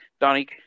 Donnie